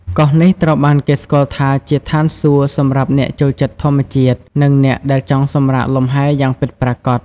កោះនេះត្រូវបានគេស្គាល់ថាជាឋានសួគ៌សម្រាប់អ្នកចូលចិត្តធម្មជាតិ និងអ្នកដែលចង់សម្រាកលំហែយ៉ាងពិតប្រាកដ។